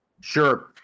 Sure